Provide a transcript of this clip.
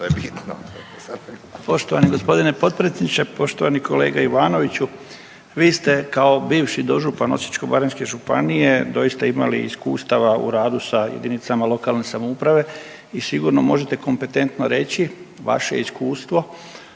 što je bitno.